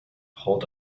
hold